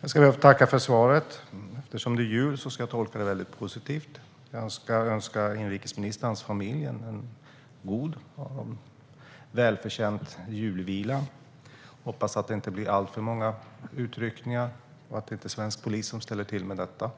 Herr talman! Jag vill tacka ministern för svaret. Eftersom det är jul ska jag tolka det positivt. Jag önskar att inrikesministern och hans familj får en god och välförtjänt julvila. Hoppas att det inte blir alltför många utryckningar och att det inte är svensk polis som ställer till med detta.